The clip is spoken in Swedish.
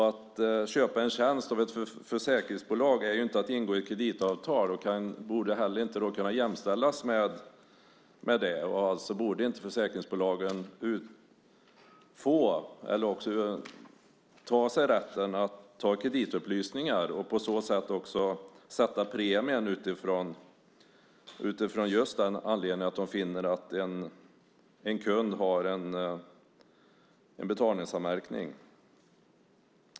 Att köpa en tjänst av ett försäkringsbolag är ju inte att ingå ett kreditavtal och borde inte heller kunna jämställas med det. Alltså borde inte försäkringsbolagen få, eller ta sig, rätten att ta kreditupplysningar och på så sätt också sätta premien utifrån just att de finner att en kund har en betalningsanmärkning.